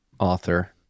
author